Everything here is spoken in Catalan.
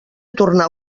tornar